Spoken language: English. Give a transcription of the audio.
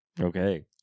Okay